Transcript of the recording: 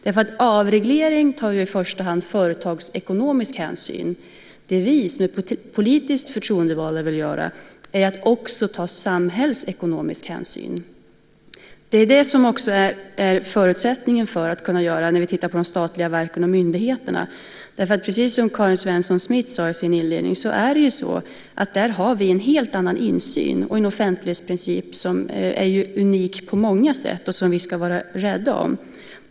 I en avreglering tar man ju i första hand företagsekonomisk hänsyn. Det vi som politiskt förtroendevalda nu vill göra är att också ta samhällsekonomisk hänsyn. Det är också en förutsättning när vi tittar på de statliga verken och myndigheterna. Precis som Karin Svensson Smith sade i sin inledning har vi där en helt annan insyn och dessutom en offentlighetsprincip som på många sätt är unik och som vi ska vara rädda om.